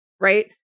Right